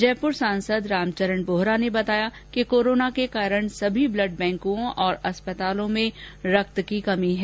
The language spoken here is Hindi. जयपुर सांसद रामचरण बोहरा ने बताया कि कोरोना के कारण सभी ब्लड बैंकों और अस्पतालों में रक्त की कमी है